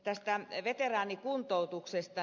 tästä veteraanikuntoutuksesta